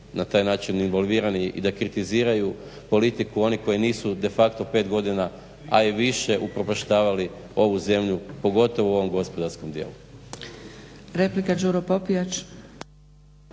na taj način involvirani i da kritiziraju politiku oni koji nisu de facto pet godina, a i više upropaštavali ovu zemlju pogotovo u ovom gospodarskom dijelu.